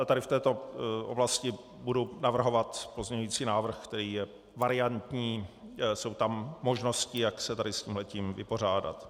Tady v této oblasti budu navrhovat pozměňující návrh, který je variantní, jsou tam možnosti, jak se tady s tímto vypořádat.